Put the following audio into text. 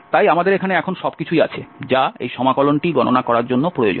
তাই আমাদের এখানে এখন সবকিছুই আছে যা এই সমাকলন টি গণনা করার জন্য প্রয়োজন